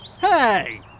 Hey